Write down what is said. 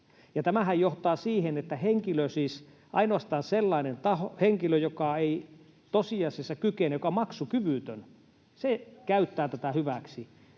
että ainoastaan sellainen henkilö, joka ei tosiasiassa kykene, joka on maksukyvytön, käyttää tätä hyväksi